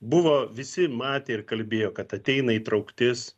buvo visi matė ir kalbėjo kad ateina įtrauktis